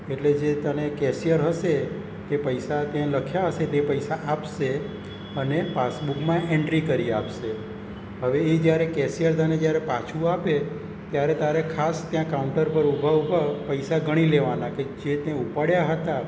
એટલે જે તને કેસીયર હશે એ પૈસા તે લખ્યા હશે તે પૈસા આપશે અને પાસબુકમાં એન્ટ્રી કરી આપશે હવે એ જ્યારે કેસીયર તને જ્યારે પાછું આપે ત્યારે તારે ખાસ ત્યાં કાઉન્ટર પર ઊભા ઊભા પૈસા ગણી લેવાના કે જે તે ઉપાડ્યા હતા